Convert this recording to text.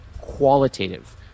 qualitative